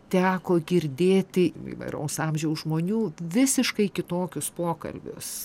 teko girdėti įvairaus amžiaus žmonių visiškai kitokius pokalbius